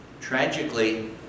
Tragically